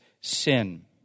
sin